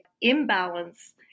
imbalance